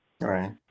Right